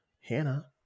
Hannah